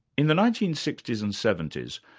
in the nineteen sixty s and seventy s,